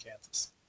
Kansas